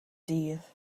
dydd